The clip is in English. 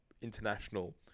international